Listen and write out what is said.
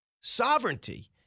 sovereignty